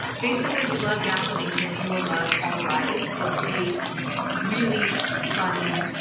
basically, if you love gaslit nation, you will love all rise. it's a really funny,